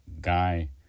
guy